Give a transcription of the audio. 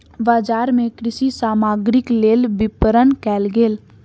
बजार मे कृषि सामग्रीक लेल विपरण कयल गेल